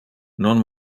non